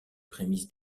prémices